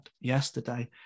yesterday